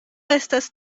estas